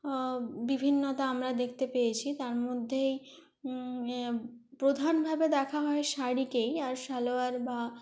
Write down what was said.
বিভিন্নতা আমরা দেখতে পেয়েছি তার মধ্যে প্রধানভাবে দেখা হয় শাড়িকেই আর সালোয়ার বা